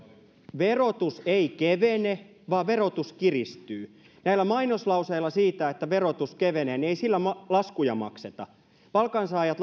verotus ei kevene vaan verotus kiristyy näillä mainoslauseilla siitä että verotus kevenee ei laskuja makseta palkansaajat